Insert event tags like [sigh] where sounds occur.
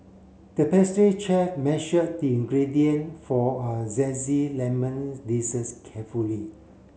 the pastry chef measured the ingredient for a [unintelligible] lemon desserts carefully